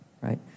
Right